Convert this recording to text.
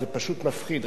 זה פשוט מפחיד,